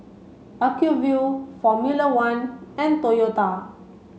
Acuvue Formula One and Toyota